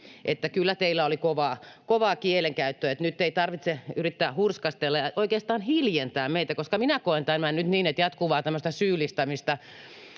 eli kyllä teillä oli kovaa kielenkäyttöä. Nyt ei tarvitse yrittää hurskastella ja oikeastaan hiljentää meitä, koska minä koen tämän nyt niin, että on jatkuvaa tämmöistä syyllistämistä.